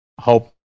hope